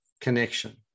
connection